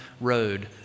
road